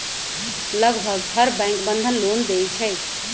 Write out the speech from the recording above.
लगभग हर bank Bandhan loan देई छई